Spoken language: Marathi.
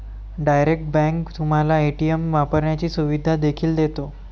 डायरेक्ट बँक तुम्हाला ए.टी.एम वापरण्याची सुविधा देखील देते